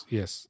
yes